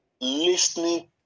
listening